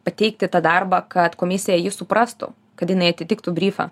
pateikti tą darbą kad komisija jį suprastų kad jinai atitiktų bryfą